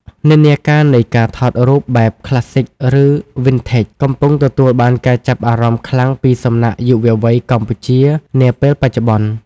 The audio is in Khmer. និន្នាការនៃការថតរូបបែប Classic ឬ Vintage កំពុងទទួលបានការចាប់អារម្មណ៍ខ្លាំងពីសំណាក់យុវវ័យកម្ពុជានាពេលបច្ចុប្បន្ន។